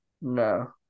No